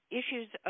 issues